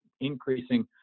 increasing